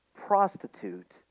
Prostitute